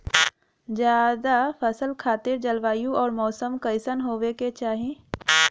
जायद फसल खातिर जलवायु अउर मौसम कइसन होवे के चाही?